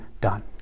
done